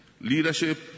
Leadership